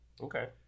Okay